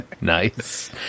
Nice